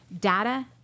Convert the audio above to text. data